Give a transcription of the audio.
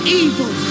evil